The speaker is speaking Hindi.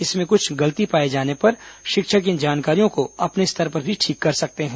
इसमें कुछ गलती पाए जाने पर शिक्षक इन जानकारियों को अपने स्तर पर भी ठीक कर सकते हैं